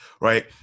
right